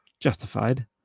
justified